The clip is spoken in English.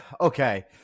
Okay